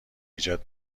ایجاد